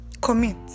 commit